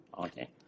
Okay